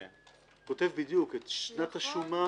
הוא כותב בדיוק את שנת השומה,